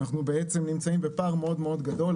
אנחנו נמצאים בפער מאוד מאוד גדול,